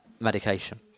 Medication